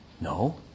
No